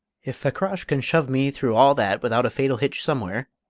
if fakrash can shove me through all that without a fatal hitch somewhere,